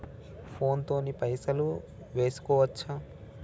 Phone తోని పైసలు వేసుకోవచ్చా?